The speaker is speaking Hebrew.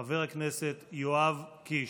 חבר הכנסת יואב קיש.